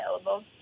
available